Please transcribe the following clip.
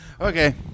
Okay